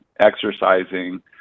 exercising